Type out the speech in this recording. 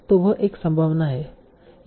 तो वह एक संभावना है